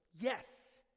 Yes